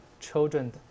children